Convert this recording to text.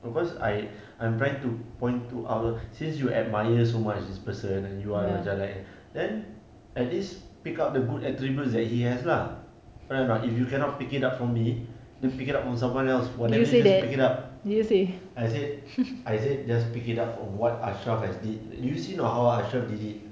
because I I'm trying to point to our since you admire so much this person and you're macam like then at least pick up the good attributes that he has lah correct or not if you cannot pick it up from me then pick it up from someone else whatever just pick it up I said I said just pick it up what ashraf has did did you see or not how ashraf did it